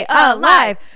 alive